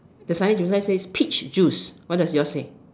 the signage says peach juice what does yours say